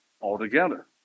altogether